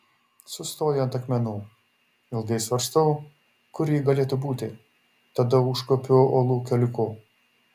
sustoju ant akmenų ilgai svarstau kur ji galėtų būti tada užkopiu uolų keliuku